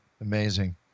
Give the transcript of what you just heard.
Amazing